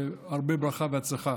והרבה ברכה והצלחה.